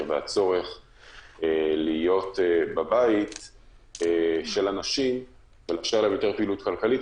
והצורך להיות בבית של אנשים ולאפשר להם יותר פעילות כלכלית,